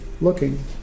looking